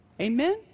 Amen